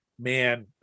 man